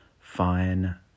fine